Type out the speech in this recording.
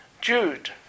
Jude